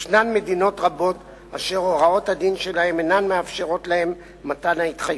יש מדינות רבות אשר הוראות הדין שלהן אינן מאפשרות להן מתן ההתחייבות.